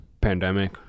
Pandemic